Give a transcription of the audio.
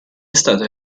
stata